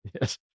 Yes